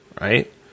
right